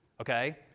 okay